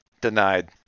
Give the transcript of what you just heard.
Denied